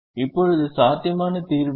இப்போது சாத்தியமான தீர்வு என்ன